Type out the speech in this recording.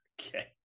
Okay